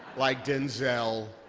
like denzel.